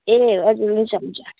ए हजुर हुन्छ हुन्छ